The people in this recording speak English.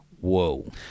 whoa